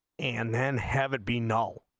and then haven't been no